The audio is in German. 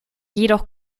jedoch